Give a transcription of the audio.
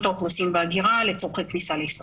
האוכלוסין וההגירה לצורכי כניסה לישראל.